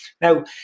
Now